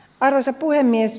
arvoisa puhemies